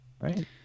right